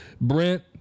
Brent